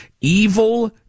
Evil